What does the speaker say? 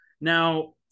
Now